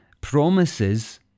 promises